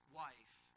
wife